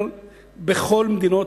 העוני פס מן הארץ?